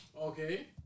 Okay